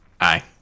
Aye